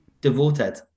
Devoted